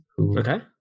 okay